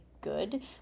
good